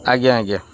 ଆଜ୍ଞା ଆଜ୍ଞା